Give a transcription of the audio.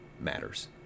matters